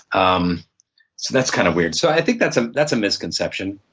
um that's kind of weird. so i think that's ah that's a misconception.